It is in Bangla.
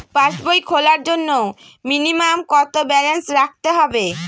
পাসবই খোলার জন্য মিনিমাম কত ব্যালেন্স রাখতে হবে?